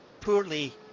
poorly